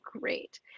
great